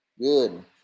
Good